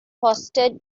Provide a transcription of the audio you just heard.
hosted